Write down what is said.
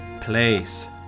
place